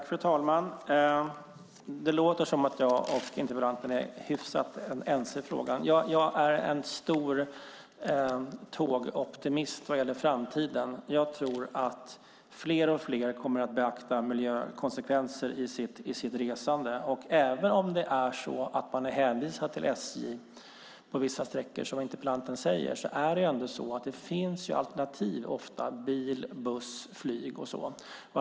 Fru talman! Det låter som att jag och interpellanten är hyfsat ense i frågan. Jag är en stor tågoptimist vad gäller framtiden. Jag tror att fler och fler kommer att beakta miljökonsekvenser i sitt resande. Även om man är hänvisad till SJ på vissa sträckor finns ofta alternativ i form av bil, buss eller flyg.